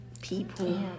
people